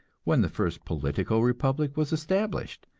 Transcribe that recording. when the first political republic was established,